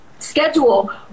schedule